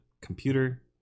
computer